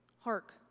Hark